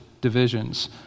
divisions